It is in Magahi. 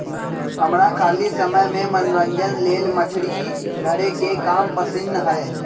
हमरा खाली समय में मनोरंजन लेल मछरी धरे के काम पसिन्न हय